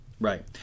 right